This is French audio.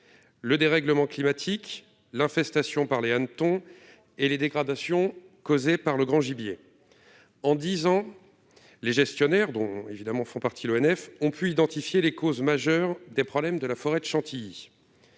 Le dérèglement climatique, l'infestation par les hannetons et les dégradations causées par le grand gibier : en dix ans, les gestionnaires, dont évidemment l'ONF, ont pu identifier les causes majeures des problèmes de la forêt de Chantilly.